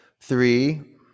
Three